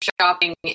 shopping